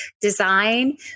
design